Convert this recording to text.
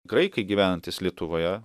graikai gyvenantys lietuvoje